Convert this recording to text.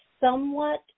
somewhat